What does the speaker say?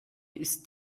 ist